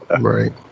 right